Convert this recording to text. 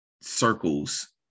circles